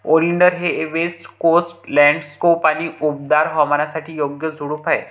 oleander हे west coast landscape आणि उबदार हवामानासाठी योग्य झुडूप आहे